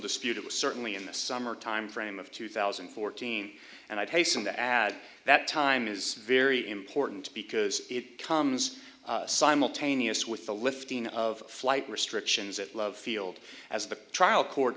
dispute it was certainly in the summer timeframe of two thousand and fourteen and i hasten to add that time is very important because it comes simultaneous with the lifting of flight restrictions at love field as the trial court